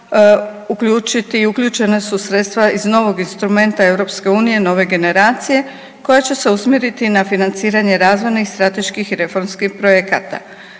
uključena su sredstva iz novog instrumenta EU nove generacije, koja će se usmjeriti na financiranje razvojnih, strateških i reformskih projekata.